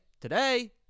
Today